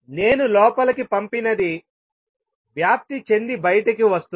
నేను లోపలికి పంపినది వ్యాప్తి చెంది బయటికి వస్తుంది